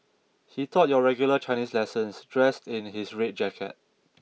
he taught your regular Chinese lessons dressed in his red jacket